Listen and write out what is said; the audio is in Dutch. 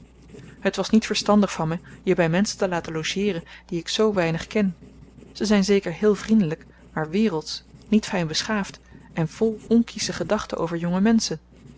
het was niet verstandig van me je bij menschen te laten logeeren die ik zoo weinig ken ze zijn zeker heel vriendelijk maar wereldsch niet fijnbeschaafd en vol onkiesche gedachten over jonge menschen